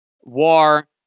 war